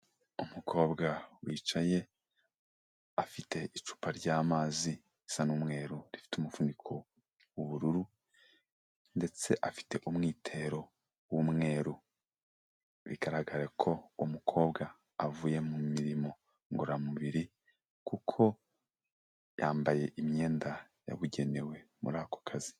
Umukobwa wicaye afite icupa ry'amazi risa n'umweru rifite umufuniko w'ubururu ndetse afite umwitero w'umweru, bigaragara ko uwo umukobwa avuye mu mirimo ngororamubiri kuko yambaye imyenda yabugenewe muri ako kazi.